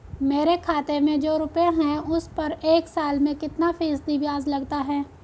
मेरे खाते में जो रुपये हैं उस पर एक साल में कितना फ़ीसदी ब्याज लगता है?